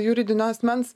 juridinio asmens